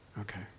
Okay